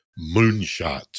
Moonshot